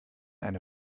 eine